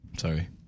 Sorry